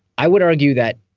i would argue that.